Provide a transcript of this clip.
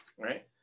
right